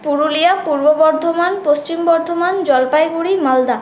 Purulia Purba Bardhaman Paschim Bardhaman Jalpaiguri Malda